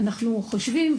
אנחנו חושבים,